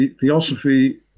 Theosophy